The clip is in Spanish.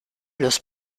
los